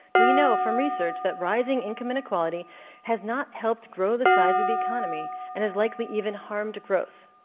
we know from research that rising income inequality has not helped grow the size of the economy, and has likely even harmed growth.